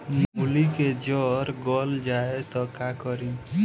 मूली के जर गल जाए त का करी?